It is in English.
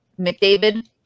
McDavid